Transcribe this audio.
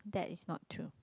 that is not true